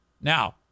Now